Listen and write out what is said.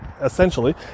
essentially